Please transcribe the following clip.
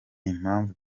impamvu